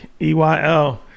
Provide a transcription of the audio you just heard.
EYL